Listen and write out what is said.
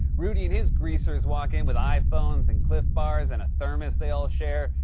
rudy and his greasers walk in with iphones and clif bars and a thermos they all share.